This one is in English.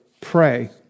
pray